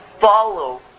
follow